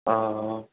ହଁ ହଁ ହଁ ହଁ